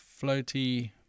floaty